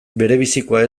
berebizikoa